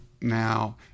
Now